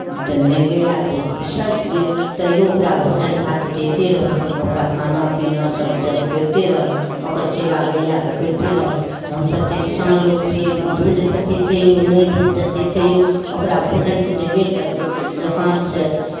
तऽ नहि गैआ जे बिसकि गेल तैओ ओकरा भोजन भात दैते रहलहुँ ओकरा खाना पीनासभ सेवा करिते रहलहुँ ओकर सेवा गैआकेँ करिते रहलहुँ तऽ हमसभ तऽ किसान लोक छी दूध देतै तैओ नहि दूध देतै तैओ ओकरा भोजन तऽ देबे करबै दोकानसँ